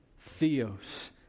theos